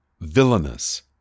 villainous